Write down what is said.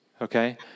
Okay